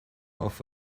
off